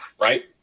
right